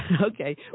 Okay